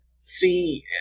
See